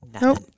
Nope